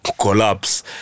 collapse